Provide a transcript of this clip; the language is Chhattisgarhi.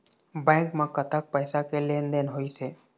बैंक म कतक पैसा के लेन देन होइस हे?